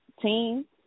team